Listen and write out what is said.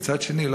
ומצד שני,